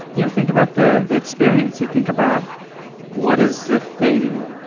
you think about the experience. you think about what is the thing